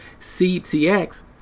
CTX